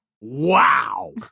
wow